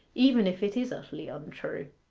even if it is utterly untrue.